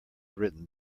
written